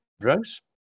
drugs